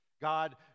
God